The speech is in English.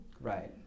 Right